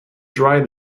dry